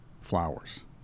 flowers